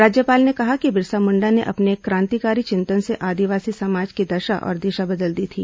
राज्यपाल ने कहा कि बिरसा मुंडा ने अपने क्रांतिकारी यिंतन से आदिवासी समाज की दशा और दिशा बदल दी थी